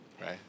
right